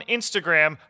Instagram